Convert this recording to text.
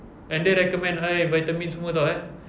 and dia recommend I vitamin semua [tau] eh